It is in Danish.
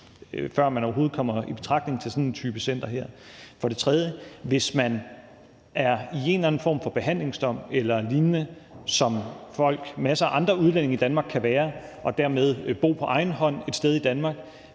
før man overhovedet kommer i betragtning til sådan en type center som det her. For det tredje kan man frihedsberøves med det samme, hvis man er i en eller anden form for behandlingsdom eller lignende, som masser af andre udlændinge i Danmark kan være, og dermed bor på egen hånd et sted i Danmark